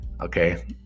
Okay